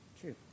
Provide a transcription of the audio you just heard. True